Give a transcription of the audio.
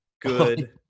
good